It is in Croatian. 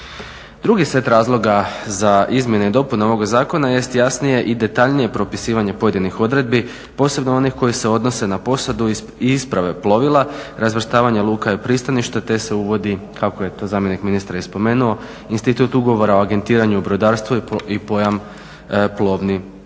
Drugi set razloga za izmjene i dopune ovoga zakona jest jasnije i detaljnije propisivanje pojedinih odredbi posebno onih koje se odnose na posadu i isprave plovila, razvrstavanje luka i pristaništa te se uvodi kako je to zamjenik ministra i spomenuo institut ugovora o agentiranju u brodarstvu i pojam plovni